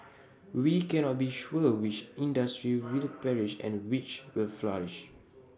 we cannot be sure which industries will perish and which will flourish